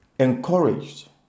Encouraged